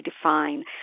define